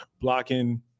blocking